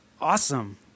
Awesome